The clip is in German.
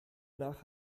nach